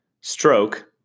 stroke